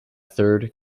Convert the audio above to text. third